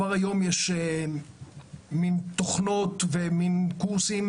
כבר היום יש מין תוכנות וקורסים,